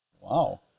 Wow